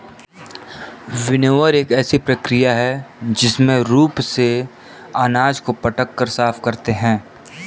winnower एक ऐसी प्रक्रिया है जिसमें रूप से अनाज को पटक कर साफ करते हैं